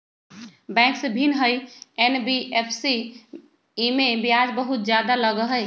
Bank से भिन्न हई एन.बी.एफ.सी इमे ब्याज बहुत ज्यादा लगहई?